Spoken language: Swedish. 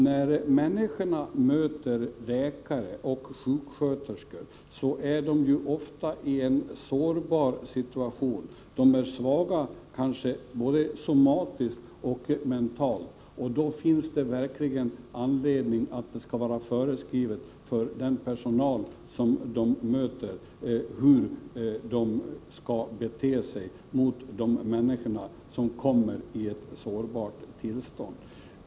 När människorna möter läkare och sjuksköterskor är de ofta i en sårbar situation. De är svaga, kanske både somatiskt och mentalt. Då finns det verkligen behov av en föreskrift om hur den personal som de i sitt sårbara tillstånd möter skall bete sig.